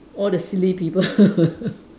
all the silly people